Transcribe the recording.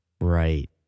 Right